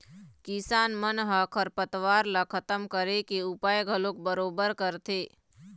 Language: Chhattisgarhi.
किसान मन ह खरपतवार ल खतम करे के उपाय घलोक बरोबर करथे